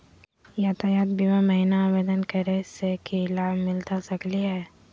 यातायात बीमा महिना आवेदन करै स की लाभ मिलता सकली हे?